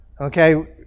okay